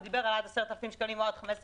הוא דיבר על עד 10,000 שקלים או עד 15,000